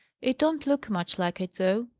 it don't look much like it, though.